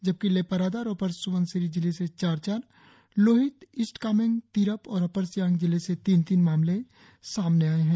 जबकि लेपारादा और अपर स्बनसिरी जिले से चार चार लोहित ईस्ट कामेंग तिरप और अपर सियांग जिले से तीन तीन मामले सामने आए हैं